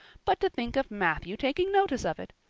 but to think of matthew taking notice of it!